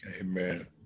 Amen